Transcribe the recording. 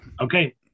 Okay